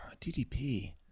DDP